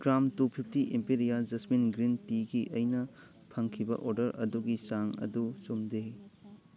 gram two fifty imperial jasmine green ꯇꯤꯒꯤ ꯑꯩꯅ ꯐꯪꯈꯤꯕ ꯑꯣꯗꯔ ꯑꯗꯨꯒꯤ ꯆꯥꯡ ꯑꯗꯨ ꯆꯨꯝꯗꯦ